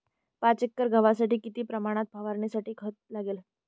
पाच एकर गव्हासाठी किती प्रमाणात फवारणीसाठी खत लागेल?